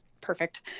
perfect